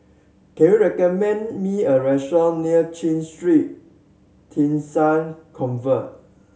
can you recommend me a restaurant near CHIJ Street Theresa's Convent